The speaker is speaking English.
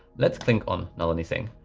let's click on nalini singh,